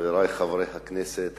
חברי חברי הכנסת,